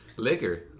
Liquor